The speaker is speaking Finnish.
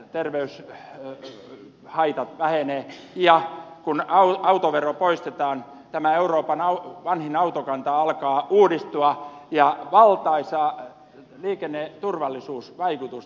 tupakointi vähentyy terveyshaitat vähenevät ja kun autovero poistetaan tämä euroopan vanhin autokanta alkaa uudistua ja tällä tulisi olemaan valtaisa liikenneturvallisuusvaikutus